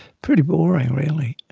pretty boring really.